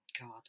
God